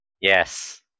Yes